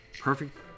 perfect